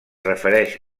refereix